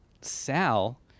Sal